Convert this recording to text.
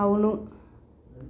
అవును